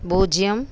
பூஜ்ஜியம்